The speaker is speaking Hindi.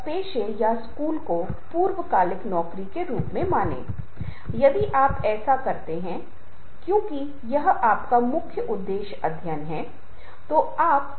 मुझे उत्तर स्पष्ट रूप से पता है लेकिन मैं दर्शकों से प्रतिक्रियाएं प्राप्त करना चाहता हूं मैं इसे सक्रिय बनाना चाहता हूं मैं उन्हें दिलचस्पी लेना चाहता हूं और दर्शकों को इस समय उम्मीद हो सकती है कि किसी भी क्षण उन्हें सवाल मिलेगा और उन्हें जवाब देना होगा